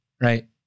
right